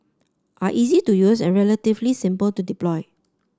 are easy to use and relatively simple to deploy